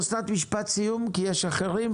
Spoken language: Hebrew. אסנת, משפט סיום, כי יש אחרים.